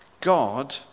God